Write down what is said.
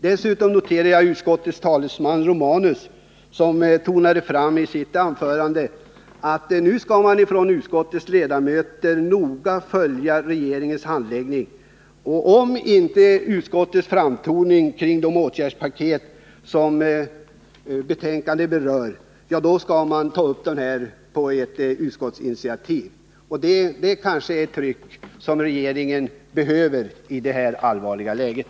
Dessutom noterar jag att utskottets talesman Gabriel Romanus i sitt anförande betonade att utskottets ledamöter nu skall noga följa regeringens handläggning av ärendet och utskottets framtoning kring det åtgärdspaket som föreslås i betänkandet. Och om detta inte sker skall frågorna tas upp igen genom ett utskottsinitiativ. — Detta kanske är det tryck som regeringen behöver utsättas för i det här allvarliga läget.